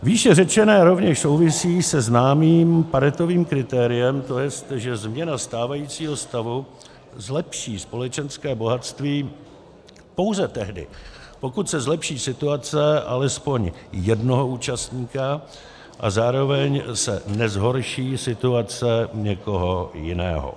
Výše řečené rovněž souvisí se známým Paretovým kritériem, to jest, že změna stávajícího stavu zlepší společenské bohatství pouze tehdy, pokud se zlepší situace alespoň jednoho účastníka a zároveň se nezhorší situace někoho jiného.